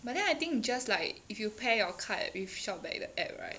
but then I think just like if you pair your card with Shop back the app right